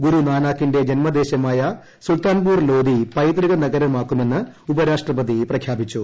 ഗുരുനാനാക്കിന്റെ ജന്മദേശമായ സുൽത്താൻപൂർ ലോദി പൈതൃക നഗരമാക്കുമെന്ന് ഉപരാഷ്ട്രപതി പ്രഖ്യാപിച്ചു